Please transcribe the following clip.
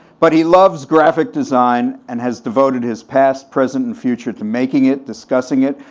but he loves graphic design, and has devoted his past, present, and future to making it, discussing it,